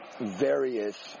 various